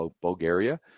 Bulgaria